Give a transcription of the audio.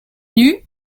nus